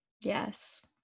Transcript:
Yes